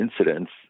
incidents